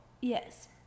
yes